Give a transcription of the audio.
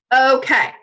Okay